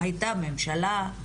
הייתה ממשלה,